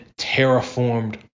terraformed